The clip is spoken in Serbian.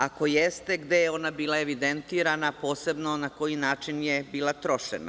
Ako jeste, gde je ona bila evidentirana, posebno na koji način je bila trošena?